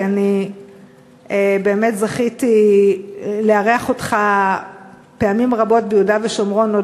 כי אני באמת זכיתי לארח אותך פעמים רבות ביהודה ושומרון עוד